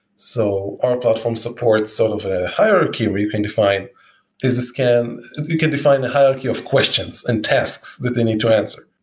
so our platform support sort of a hierarchy where you can define this scan you can define the hierarchy of questions and tasks that they need to answer.